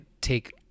take